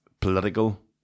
political